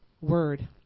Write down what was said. word